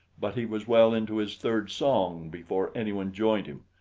but he was well into his third song before anyone joined him,